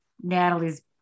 Natalie's